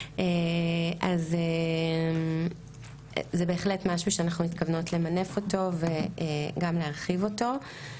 זה בהחלט משהו שאנחנו מתכוונות למנף אותו וגם להרחיב אותו.